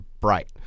bright